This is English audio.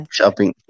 Shopping